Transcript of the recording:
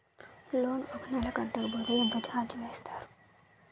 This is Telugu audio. లోన్ ఒక నెల కట్టకపోతే ఎంత ఛార్జ్ చేస్తారు?